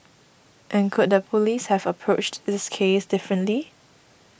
and could the police have approached this case differently